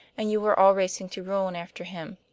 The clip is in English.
and you are all racing to ruin after him.